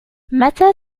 متى